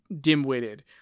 dim-witted